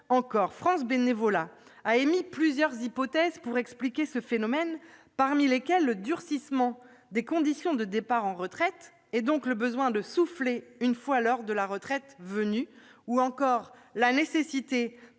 encore. France bénévolat a émis plusieurs hypothèses pour expliquer ce phénomène, parmi lesquelles le durcissement des conditions de départ à la retraite, donc le besoin de souffler une fois l'heure de la retraite venue, ou encore la nécessité